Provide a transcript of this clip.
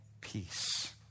peace